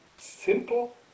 simple